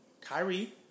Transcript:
Kyrie